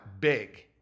big